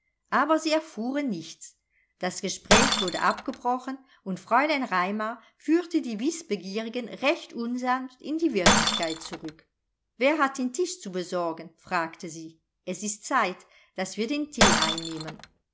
aber sie erfuhren nichts das gespräch wurde abgebrochen und fräulein raimar führte die wißbegierigen recht unsanft in die wirklichkeit zurück wer hat den tisch zu besorgen fragte sie es ist zeit daß wir den thee einnehmen